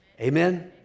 amen